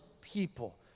people